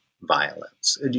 violence